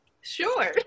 sure